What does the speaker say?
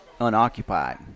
unoccupied